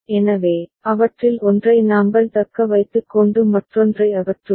எனவே அவற்றில் ஒன்றை நாங்கள் தக்க வைத்துக் கொண்டு மற்றொன்றை அகற்றுவோம்